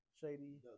shady